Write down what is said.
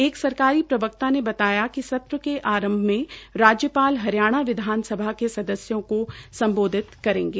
एक सरकारी प्रवक्ता ने बताया कि सत्र के आरंभ में राज्यपाल हरियाणा विधानसभा के सदस्यों को सम्बोधित करेंगे